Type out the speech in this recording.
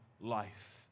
life